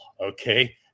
okay